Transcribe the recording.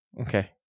okay